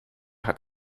hat